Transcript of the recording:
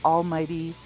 Almighty